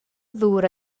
ddŵr